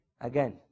Again